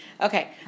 Okay